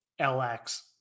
LX